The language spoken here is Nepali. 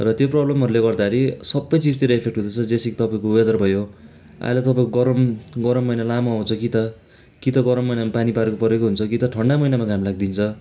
र त्यो प्रब्लमहरूले गर्दाखेरि सबै चिजतिर एफेक्ट हुँदैछ जैसी कि तपाईँको वेदर भयो अहिले तपाईँको गरम गरम महिना लामो आउँछ कि त कि त गरम महिनामा पानी परेको परेकै हुन्छ कि त ठन्डा महिनामा घाम लागिदिन्छ